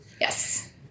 Yes